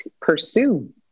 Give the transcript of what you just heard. pursue